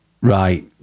Right